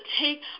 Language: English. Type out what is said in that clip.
take